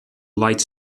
light